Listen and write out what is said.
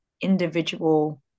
individual